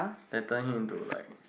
they turn in into like